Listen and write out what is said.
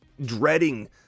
dreading